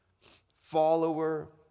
follower